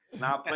Nah